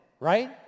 right